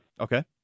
Okay